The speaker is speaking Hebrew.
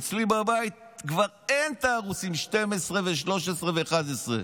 אצלי בבית כבר אין ערוצים 12, 13 ו-11.